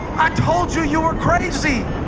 i told you you were crazy